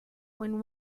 when